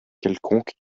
quelconque